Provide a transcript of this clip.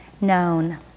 known